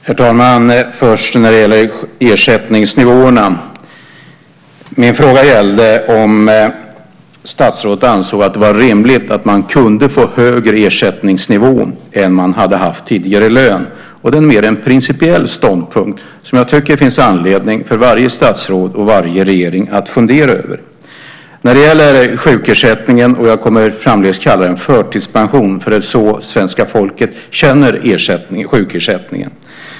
Herr talman! Först gäller det ersättningsnivåerna. Min fråga gällde om statsrådet anser det rimligt att kunna få högre ersättningsnivå än man tidigare haft i lön. Det är en principiell ståndpunkt som jag tycker att det finns anledning för varje statsråd och varje regering att fundera över. Sjukersättningen kommer jag i fortsättningen att kalla för förtidspension, för det är så svenska folket känner sjukersättningen.